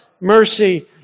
mercy